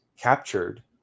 captured